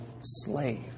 slave